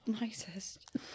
nicest